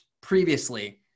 previously